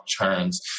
turns